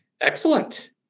Excellent